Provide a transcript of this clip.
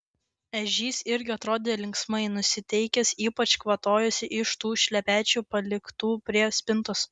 ežys irgi atrodė linksmai nusiteikęs ypač kvatojosi iš tų šlepečių paliktų prie spintos